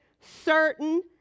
certain